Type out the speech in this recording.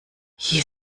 hier